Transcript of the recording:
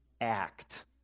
act